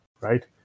right